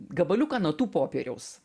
gabaliuką natų popieriaus